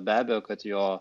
be abejo kad jo